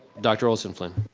dr. olson-flynn.